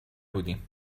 بودیم